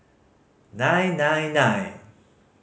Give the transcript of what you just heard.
nine nine nine